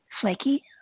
flaky